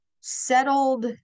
settled